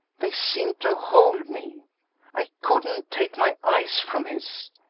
they seemed to hold me i couldn't take my eyes from his.